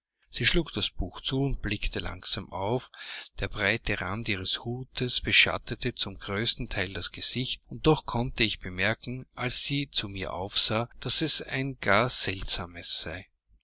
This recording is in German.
sie schlug das buch zu und blickte langsam auf der breite rand ihres hutes beschattete zum größten teil das gesicht und doch konnte ich bemerken als sie zu mir aufsah daß es ein gar seltsames sei